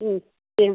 दे